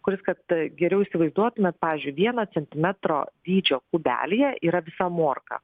kuris kad geriau įsivaizduotumėt pavyzdžiui vieno centimetro dydžio kubelyje yra visa morka